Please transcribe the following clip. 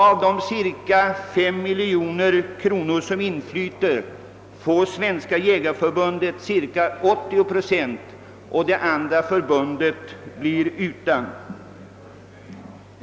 Av de cirka 5 miljoner kronor som inflyter får Svenska jägareförbundet cirka 80 procent och det andra förbundet blir utan.